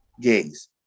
gays